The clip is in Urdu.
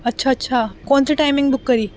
اچھا اچھا کون س ٹائمنگ بک کری